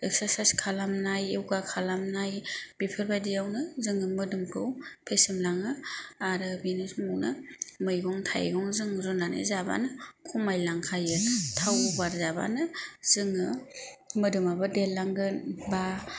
exercise खालामनाय yoga खालामनाय बेफोरबायदियावनो जों मोदोमखौ फेसेमलाङो आरो बेनि समावनो मैगं थायगं जों रुनानै जाबानो खमायलांखायो थाव अभार जाबानो जोङो मोदोमाबो देरलांगोन बा